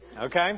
Okay